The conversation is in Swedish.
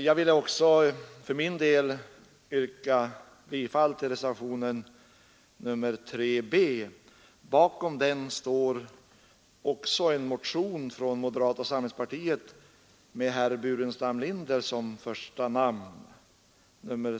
Jag vill också yrka bifall till reservationen 3 b. Bakom den står motionen 676 från moderata samlingspartiet med herr Burenstam Linder som första namn.